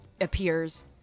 appears